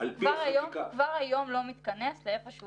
על פי החקיקה --- כבר היום הוא לא מתכנס לאיפה שהוא